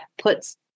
puts